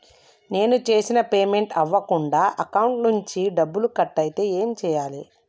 నేను చేసిన పేమెంట్ అవ్వకుండా అకౌంట్ నుంచి డబ్బులు కట్ అయితే ఏం చేయాలి?